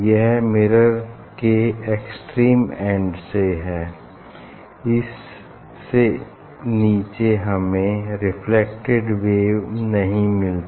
यह मिरर के extreme end से है इससे नीचे हमें रेफ्लेक्टेड वेव नहीं मिलेगी